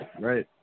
Right